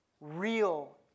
real